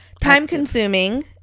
time-consuming